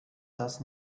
does